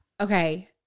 okay